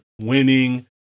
winning